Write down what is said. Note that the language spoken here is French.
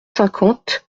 cinquante